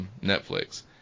Netflix